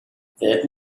that